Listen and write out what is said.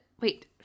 wait